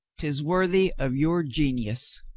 tis worthy of your genius.